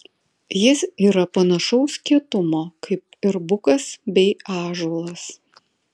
jis yra panašaus kietumo kaip ir bukas bei ąžuolas